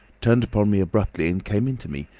turned upon me abruptly and came into me,